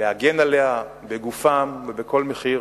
להגן עליה בגופם ובכל מחיר,